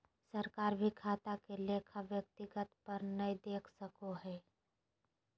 सरकार भी खाता के लेखा व्यक्तिगत तौर पर नय देख सको हय